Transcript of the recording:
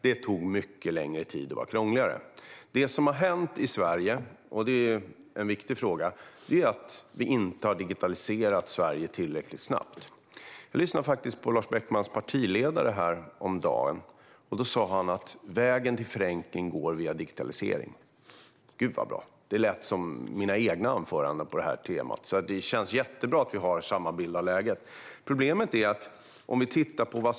Det tog mycket längre tid och var krångligare. Det som har hänt i Sverige - det är en viktig fråga - är att vi inte har digitaliserat Sverige tillräckligt snabbt. Jag lyssnade faktiskt på Lars Beckmans partiledare häromdagen. Då sa han att vägen till förenkling går via digitalisering. Gud vad bra. Det lät som mina egna anföranden på detta tema. Det känns därför jättebra att vi har samma bild av läget.